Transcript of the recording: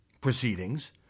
proceedings